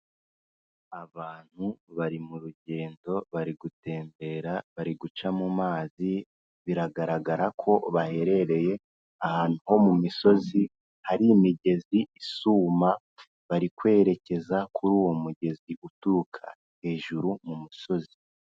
Abantu bari mu rugendo, bari gutembera, bari guca mu mazi, biragaragara ko baherereye ahantu ho mu misozi hari imigezi isuma, bari kwerekeza kuri uwo mugezi uturuka hejuru mu musozi.